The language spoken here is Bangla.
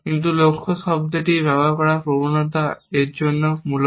কিন্তু আমরা লক্ষ্য শব্দটি ব্যবহার করার প্রবণতা এর জন্যও মূলত